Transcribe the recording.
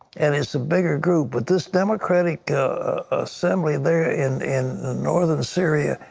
and is a bigger group. but this democrat ah assembly there in in northern syria,